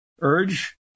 urge